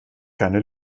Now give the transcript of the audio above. keine